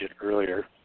earlier